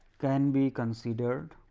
can be considered